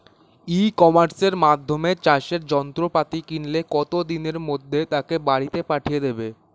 ই কমার্সের মাধ্যমে চাষের যন্ত্রপাতি কিনলে কত দিনের মধ্যে তাকে বাড়ীতে পাঠিয়ে দেবে?